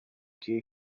کیه